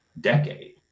decade